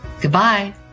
Goodbye